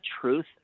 truth